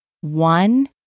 One